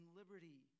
liberty